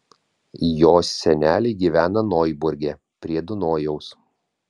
jo seneliai gyvena noiburge prie dunojaus